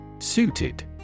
Suited